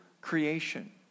creation